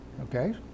Okay